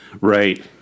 Right